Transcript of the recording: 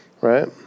right